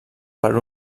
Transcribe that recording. per